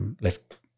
Left